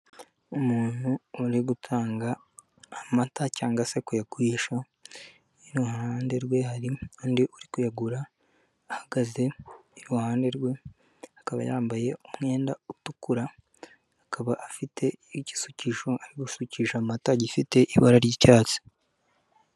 Umuntu uri gutanga amata cyangwa se kuyagurisha iruhande rwe hari undi uri kuyagura, ahagaze iruhande rwe akaba yambaye umwenda utukura, akaba afite igisukisho ari gusukisha amata gifite ibara ry'icyatsi.